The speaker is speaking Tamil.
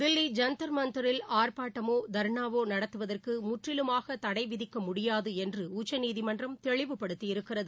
தில்லி ஜந்தர் மந்தரில் ஆர்ப்பாட்டமோ தர்ணாவோ நடத்துவதற்கு முற்றிலுமாக தடை விதிக்க முடியாது என்று உச்சநீதிமன்றம் தெளிவுபடுத்தியிருக்கிறது